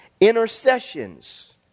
intercessions